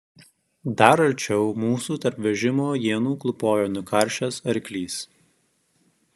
dar arčiau mūsų tarp vežimo ienų klūpojo nukaršęs arklys